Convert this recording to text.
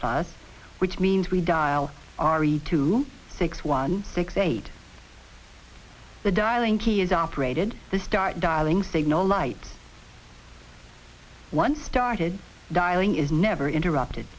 us which means we dial r e two six one six eight the dialing key is operated the start dialing signal light once started dialing is never interrupted